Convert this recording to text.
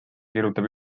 kirjutab